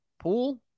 pool